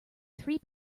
three